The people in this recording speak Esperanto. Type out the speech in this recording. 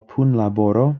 punlaboroj